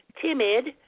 timid